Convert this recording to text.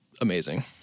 amazing